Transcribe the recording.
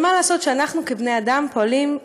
אבל מה לעשות שאנחנו כבני-אדם פועלים,